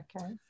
Okay